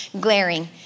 glaring